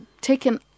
taken